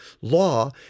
law